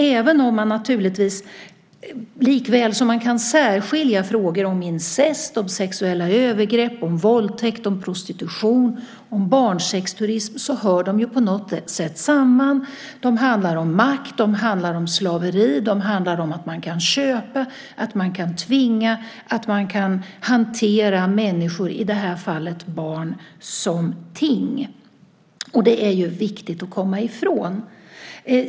Även om man naturligtvis kan särskilja frågor om incest, sexuella övergrepp, våldtäkt, prostitution och barnsexturism hör de ju på något sätt samman. De handlar om makt. De handlar om slaveri. De handlar om att man kan köpa, tvinga och hantera människor - i det här fallet barn - som ting. Det är viktigt att komma ifrån det.